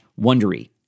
Wondery